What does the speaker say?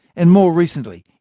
and more recently,